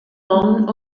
mannen